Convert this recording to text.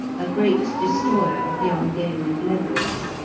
a great destroyer of young game and leverets.